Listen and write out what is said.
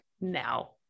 now